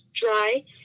dry